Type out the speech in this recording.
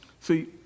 See